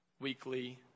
weekly